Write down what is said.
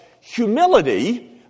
humility